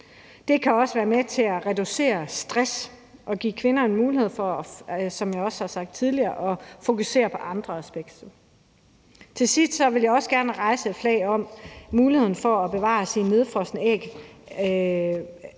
Det kan også være med til at reducere stress og give kvinder en mulighed for, som jeg også har sagt tidligere, at fokusere på andre aspekter. Til sidst vil jeg også gerne i forhold til muligheden for at bevare sine nedfrosne æg